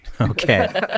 okay